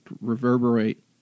reverberate